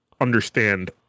understand